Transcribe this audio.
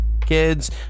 kids